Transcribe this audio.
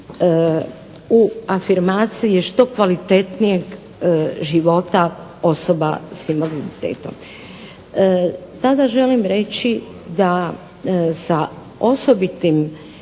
u afirmaciji što kvalitetnijeg života osoba s invaliditetom tada želim reći da sa osobitim